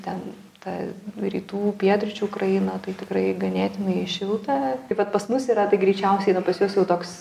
ten ta rytų pietryčių ukraina tai tikrai ganėtinai šilta pas mus yra tai greičiausiai na pas juos jau toks